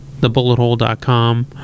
thebullethole.com